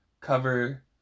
cover